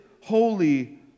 holy